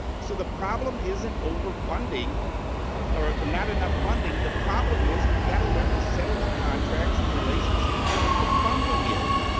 so the problem isn't over funding or not enough funding. the problem is we've got to learn to settle the contracts in relationship to what the funding is.